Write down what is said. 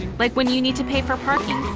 like when you need to pay for parking.